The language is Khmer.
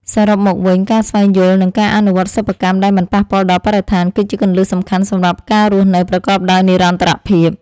សរុបមកវិញ ការស្វែងយល់ និង ការអនុវត្តសិប្បកម្មដែលមិនប៉ះពាល់ដល់បរិស្ថាន គឺជាគន្លឹះសំខាន់សម្រាប់ការរស់នៅប្រកបដោយនិរន្តរភាព។